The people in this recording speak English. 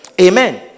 Amen